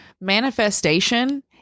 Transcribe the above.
Manifestation